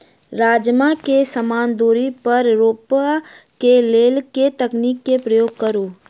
राजमा केँ समान दूरी पर रोपा केँ लेल केँ तकनीक केँ प्रयोग करू?